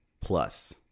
plus